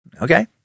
okay